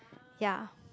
ya